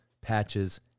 patches